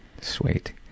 Sweet